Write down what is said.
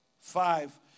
Five